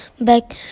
back